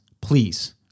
please